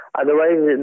otherwise